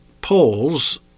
polls